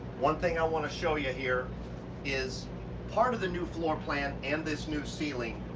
one thing i want to show you here is part of the new floor plan and this new ceiling.